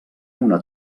una